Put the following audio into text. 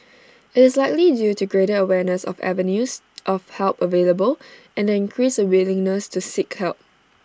IT is likely due to greater awareness of avenues of help available and the increased willingness to seek help